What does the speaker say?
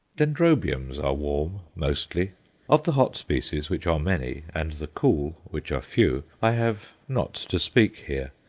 dendrobiums are warm mostly of the hot species, which are many, and the cool, which are few, i have not to speak here.